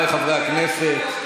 חבריי חברי הכנסת,